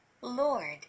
Lord